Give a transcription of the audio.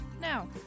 Now